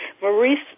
Maurice